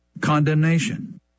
condemnation